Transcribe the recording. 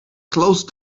close